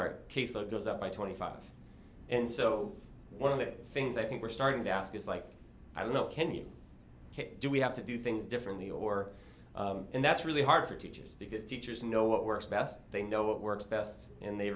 our caseload goes up by twenty five and so one of the things i think we're starting to ask is like i don't know can you do we have to do things differently or and that's really hard for teachers because teachers know what works best they know what works best and they